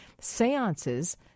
seances